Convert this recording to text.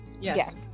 Yes